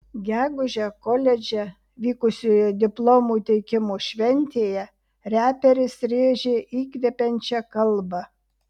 gegužę koledže vykusioje diplomų teikimo šventėje reperis rėžė įkvepiančią kalbą